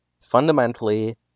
fundamentally